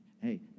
Hey